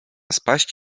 spaść